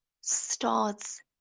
starts